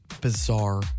bizarre